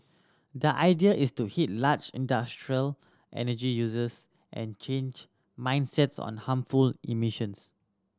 the idea is to hit large industrial energy users and change mindsets on harmful emissions